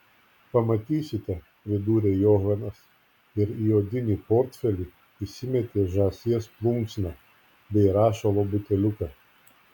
pamatysite pridūrė johanas ir į odinį portfelį įsimetė žąsies plunksną bei rašalo buteliuką